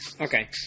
okay